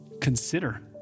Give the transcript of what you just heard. consider